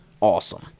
Awesome